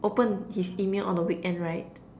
open his email on the weekend right